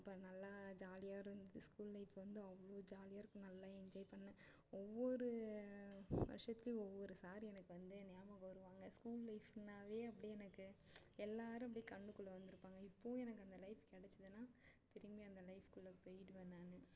அப்போ நல்லா ஜாலியாக இருந்தது ஸ்கூல் லைஃப் வந்து அவ்வளோ ஜாலியாக இருக்கும் நல்லா என்ஜாய் பண்ணேன் ஒவ்வொரு வருஷத்துலேயும் ஒவ்வொரு சார் எனக்கு வந்து ஞாபகம் வருவாங்க ஸ்கூல் லைஃப்ன்னாவே அப்படியே எனக்கு எல்லாருமே அப்படியே கண்ணுக்குள்ள வந்துயிருப்பாங்க இப்பவும் எனக்கு அந்த லைஃப் கிடச்சிதுன்னா திரும்பியும் அந்த லைஃப்குள்ளே போயிடுவேன் நான்